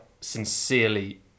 sincerely